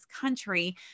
country